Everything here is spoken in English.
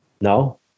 No